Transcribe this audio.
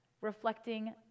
reflecting